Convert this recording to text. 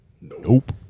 Nope